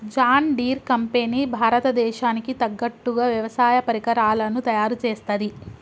John Deere company Bharat దేశానికి తగ్గట్టుగా వ్యవసాయ పరికరాలను తయారుచేస్తది